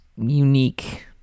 unique